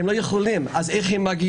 הם לא יכולים אז איך הם מגיעים?